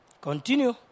Continue